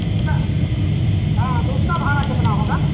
उसका हाँ तो उसका भाड़ा कितना होगा